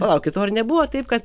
palaukit o ar nebuvo taip kad